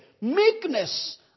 meekness